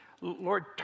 Lord